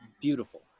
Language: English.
beautiful